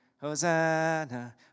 Hosanna